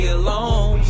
alone